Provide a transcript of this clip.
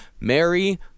Mary